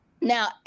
Now